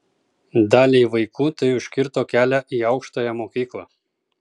daliai vaikų tai užkirto kelią į aukštąją mokyklą